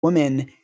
Women